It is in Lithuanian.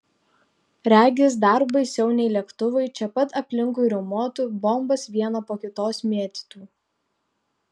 regis dar baisiau nei lėktuvai čia pat aplinkui riaumotų bombas vieną po kitos mėtytų